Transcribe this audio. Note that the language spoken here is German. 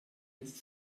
jetzt